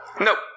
nope